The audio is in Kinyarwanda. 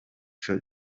icyo